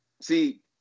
See